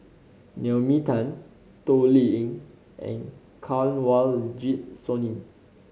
Naomi Tan Toh Liying and Kanwaljit Soin